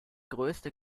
größte